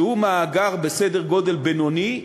שהוא מאגר בסדר גודל בינוני,